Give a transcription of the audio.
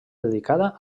dedicada